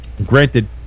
Granted